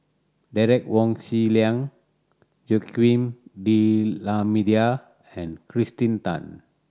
Derek Wong Zi Liang Joaquim D'Almeida and Kirsten Tan